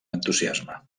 entusiasme